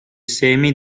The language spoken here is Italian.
semi